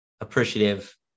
appreciative